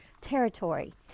territory